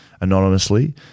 anonymously